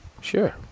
Sure